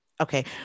Okay